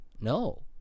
No